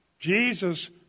Jesus